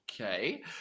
Okay